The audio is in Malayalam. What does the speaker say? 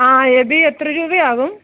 ആ എബി എത്ര രൂപയാകും